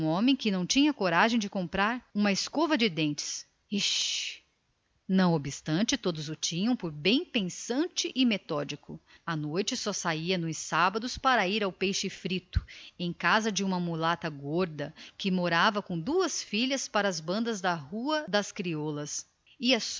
homem que não tem coragem de comprar uma escova de dentes as amigas respondiam iche mas em geral tinham no na conta de moço benfazejo e de conduta exemplar à noite só deixava a porta do patrão nos sábados para ir ao peixe frito em casa de uma mulata gorda que morava com duas filhas lá para os confins da rua das crioulas